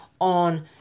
on